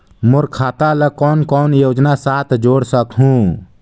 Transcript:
मोर खाता ला कौन कौन योजना साथ जोड़ सकहुं?